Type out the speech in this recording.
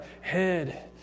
head